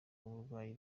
abarwayi